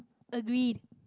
agreed